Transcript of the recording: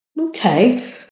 okay